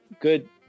good